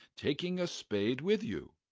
taking a spade with you.